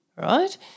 right